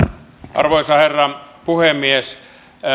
arvoisa herra puhemies